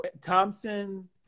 Thompson